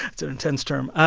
it's an intense term,